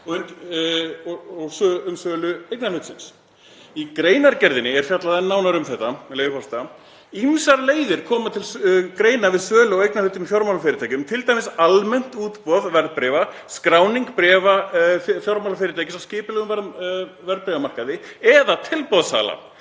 um sölu eignarhlutarins.“ Í greinargerðinni er fjallað nánar um þetta, með leyfi forseta: „Ýmsar leiðir koma til greina við sölu á eignarhlutum í fjármálafyrirtækjum, t.d. almennt útboð verðbréfa, skráning bréfa fjármálafyrirtækis á skipulegum verðbréfamarkaði eða tilboðssala.